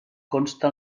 consta